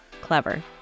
Clever